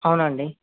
అవును అండి